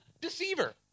deceiver